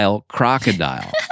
crocodile